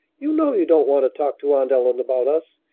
you know you don't want to talk to aunt ellen about us.